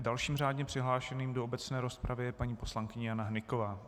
Dalším řádně přihlášeným do obecné rozpravy je paní poslankyně Jana Hnyková.